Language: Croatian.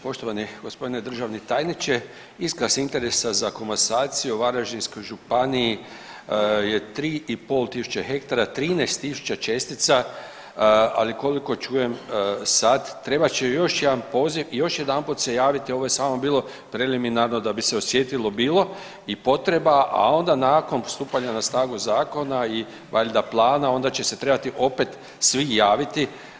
Poštovani g. državni tajniče, iskaz interesa za komasaciju u Varaždinskoj županiji je 3,5 tisuće hektara 13 tisuća čestica, ali koliko čujem sad trebat će još jedan poziv i još jedanput se javite ovo je samo bilo preliminarno da bi se osjetilo bilo i potreba, a onda nakon stupanja na snagu zakona i valjda plana onda će se trebati opet svi javiti.